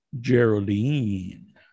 Geraldine